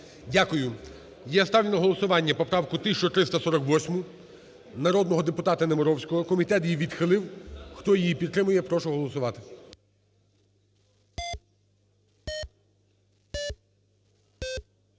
Дякую. Я ставлю на голосування поправку 1348 народного депутата Немировського, комітет її відхилив. Хто її підтримує, прошу голосувати.